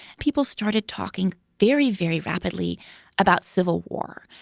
people started talking very, very rapidly about civil war.